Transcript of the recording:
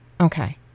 Okay